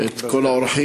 את כל האורחים